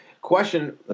question